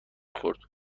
خورد